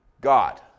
God